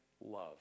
love